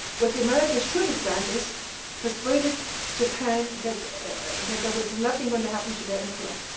what the americans should have done is persuaded japan that that there was nothing going to happen to their emperor.